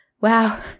wow